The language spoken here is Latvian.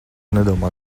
nedomā